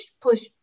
push